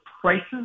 prices